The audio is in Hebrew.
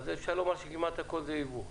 כמעט הכול זה יבוא,